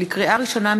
לקריאה ראשונה,